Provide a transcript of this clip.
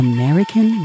American